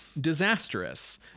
disastrous